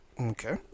Okay